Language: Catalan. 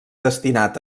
destinat